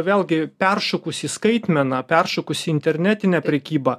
vėlgi peršokus į skaitmeną peršokus į internetinę prekybą